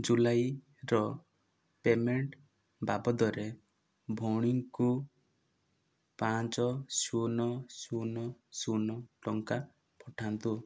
ଜୁଲାଇର payment ବାବଦରେ ଭଉଣୀଙ୍କୁ ପାଞ୍ଚ ଶୂନ ଶୂନ ଶୂନ ଟଙ୍କା ପଠାନ୍ତୁ